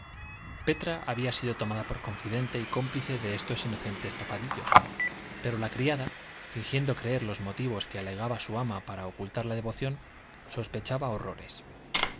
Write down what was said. petra había sido tomada por confidente y cómplice de estos inocentes tapadillos pero la criada fingiendo creer los motivos que alegaba su ama para ocultar la devoción sospechaba horrores